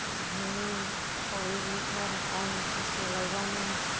नोंङो थाव एक लिटार आलु सेरसे लायबानो